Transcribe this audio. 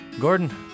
Gordon